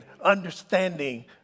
understanding